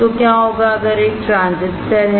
तो क्या होगा अगर एक ट्रांजिस्टर है